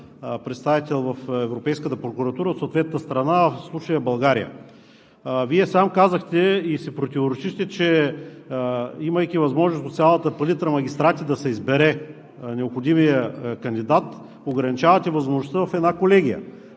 представител в Европейската прокуратура от съответната страна, в случая България. Вие сам казахте и си противоречите, че имайки възможност от цялата палитра магистрати да се избере необходимият кандидат, ограничавате възможността в една колегия.